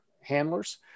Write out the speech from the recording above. handlers